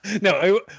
No